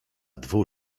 dwu